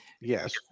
yes